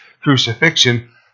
crucifixion